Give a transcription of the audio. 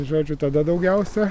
žodžiu tada daugiausia